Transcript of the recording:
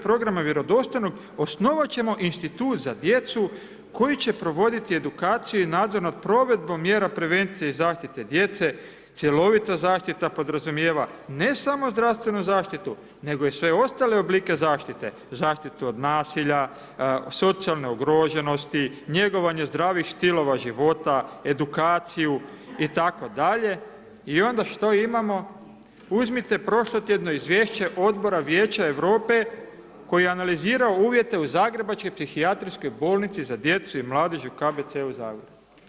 Programa vjerodostojnog: osnovat ćemo institut za djecu koji će provoditi edukaciju i nadzor nad provedbom mjera prevencija i zaštite djece, cjelovita zaštita podrazumijeva, ne samo zdravstvenu zaštitu nego i sve ostale oblike zaštite, zaštitu od nasilja, socijalnu ugroženosti, njegovanje zdravih stilova života, edukaciju itd. i onda što imamo, uzmite prošlotjedno izvješće Odbora vijeća Europe koje analizirao uvjete u zagrebačkoj psihijatrijskog bolnici za djecu i mladež u KBC Zagreb.